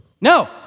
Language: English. No